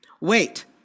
Wait